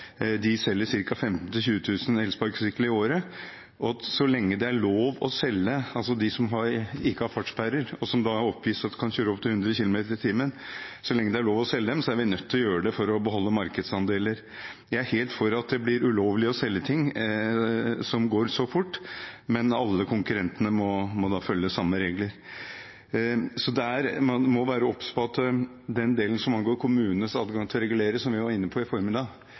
de selger ca. 15 000–20 000 elsparkesykler i året, også de som ikke har fartssperre, og som oppgis å kunne kjøre opptil 100 kilometer i timen. Han sier: «Så lenge det er lov å selge er vi nødt til å gjøre det for å beholde markedsandeler. Jeg er helt for at det blir ulovlig å selge ting som går for fort, men alle konkurrentene våre gjør det.» Man må være obs på forskjellen mellom den delen som går på kommunens adgang til å regulere, som vi var inne på i formiddag,